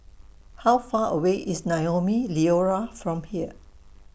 How Far away IS Naumi Liora from here